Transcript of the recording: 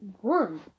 one